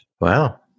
Wow